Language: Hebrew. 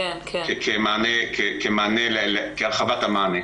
כהרחבת המענה.